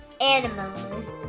Animals